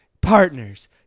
partners